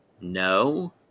No